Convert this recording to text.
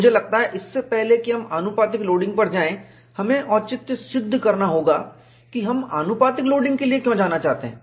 मुझे लगता है इससे पहले कि हम आनुपातिक लोडिंग पर जाएं हमें औचित्य सिद्ध करना होगा कि हम आनुपातिक लोडिंग के लिए क्यों जाना चाहते हैं